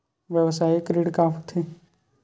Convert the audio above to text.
व्यवसायिक ऋण का होथे?